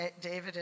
David